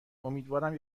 امیدوارم